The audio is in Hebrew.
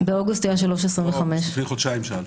באוגוסט הוא היה 3.25. לא, לפני חודשיים, שאלתי.